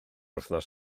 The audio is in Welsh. wythnos